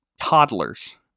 toddlers